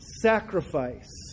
sacrifice